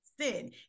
sin